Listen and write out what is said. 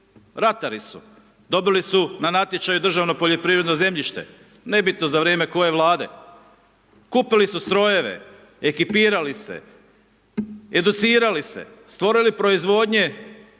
ratari su, dobili su na natječaju državno poljoprivredno zemljište, nebitno za vrijeme koje Vlade. Kupili su strojeve, ekipirali se, educirali se, stvorili proizvodnje,